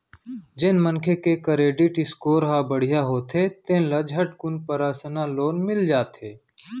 जेन मनखे के करेडिट स्कोर ह बड़िहा होथे तेन ल झटकुन परसनल लोन मिल जाथे